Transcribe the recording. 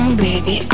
baby